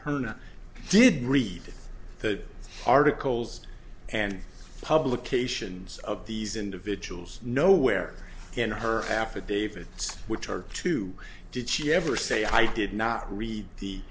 permanent did read the articles and publications of these individuals nowhere in her affidavits which are to did she ever say i did not read the